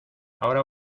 ahora